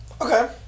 Okay